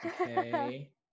okay